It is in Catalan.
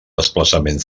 desplaçament